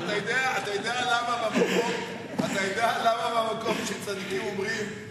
אתה יודע למה במקום שצדיקים אומרים,